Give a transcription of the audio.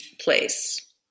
place